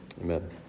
Amen